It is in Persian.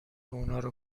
اونارو